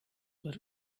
were